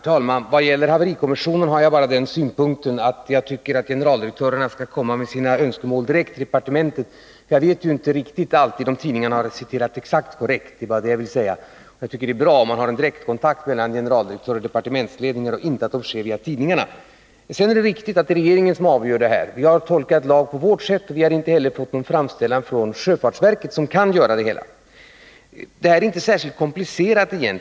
Herr talman! I vad gäller haverikommissionen tycker jag att generaldirektörerna skall komma med sina önskemål direkt till departementet. Jag vet inte om tidningarna alltid har citerat helt korrekt. Jag tycker det är bra om man har en direkt kontakt mellan generaldirektörer och departementsledningar så att informationen inte sker via tidningarna. Det är riktigt att det är regeringen som har avgörandet. Vi har tolkat lagen på vårt sätt. Vi har inte heller fått någon framställan från sjöfartsverket — som kan ta initiativ. Det här fallet är egentligen inte särskilt komplicerat.